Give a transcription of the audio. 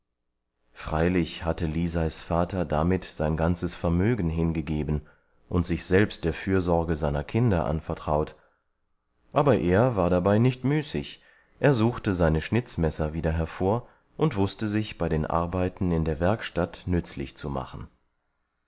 freilich hatte liseis vater damit sein ganzes vermögen hingegeben und sich selbst der fürsorge seiner kinder anvertraut aber er war dabei nicht müßig er suchte seine schnitzmesser wieder hervor und wußte sich bei den arbeiten in der werkstatt nützlich zu machen